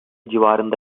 civarında